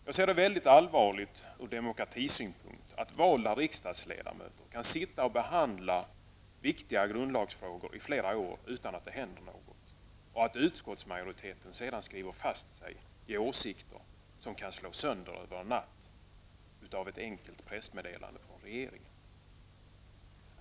Jag ser det väldigt allvarligt ur demokratisynpunkt att valda riksdagsledamöter kan sitta och behandla viktiga grundlagsfrågor i flera år utan att det händer något och att utskottsmajoriteten sedan skriver fast sig i åsikter som slås sönder över en natt av ett enkelt pressmeddelande från regeringen.